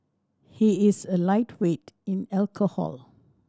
he is a lightweight in alcohol